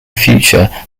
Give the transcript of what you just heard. future